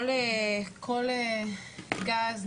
כל גז,